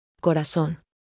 Corazón